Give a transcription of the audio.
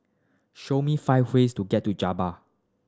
show me five ways to get to Juba